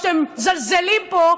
ואתם מזלזלים פה,